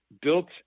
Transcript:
built